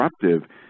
disruptive